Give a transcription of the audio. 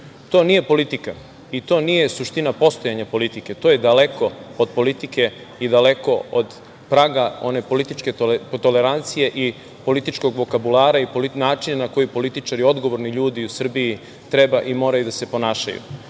To nije politika i to nije suština postojanja politike. To je daleko od politike i daleko od praga one političke tolerancije i političkog vokabulara i načina na koji političari, odgovorni ljudi u Srbiji treba i moraju da se ponašaju. Mi